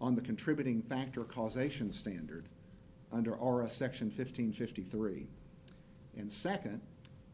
on the contributing factor causation standard under our a section fifteen fifty three and second